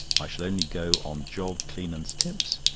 i shall only go on job cleanands' tips,